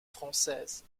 française